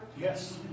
Yes